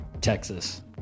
Texas